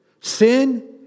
Sin